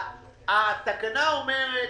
התקנה אומרת